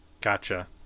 Gotcha